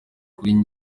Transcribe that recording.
kuri